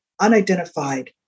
unidentified